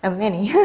ah many.